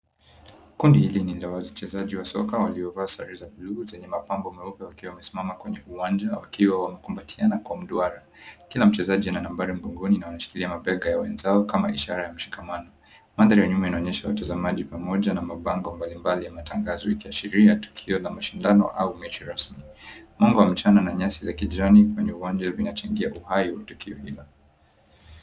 Kundi hili ni la wachezaji wa soka waliovaa sare za buluu zenye mapambo meupe, wakiwa wamesimama kwenye uwanja wakiwa wamekumbatiana kwa mduara, kila mchezaji ana nambari mgongoni na wameshikilia mabega ya wenzao kama ishara ya mshikamano. Manthari ya nyuma inaonyesha watazamaji pamoja na mabango mbali mbali ya matangazo, ikiashiria tukio la mashindano au mechi rasmi. Mwanga wa mchana na nyasi za kijani kwenye uwanja vinachangia uhai wa tukio hilo.